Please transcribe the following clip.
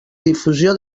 difusió